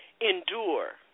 endure